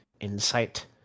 insight